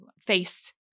face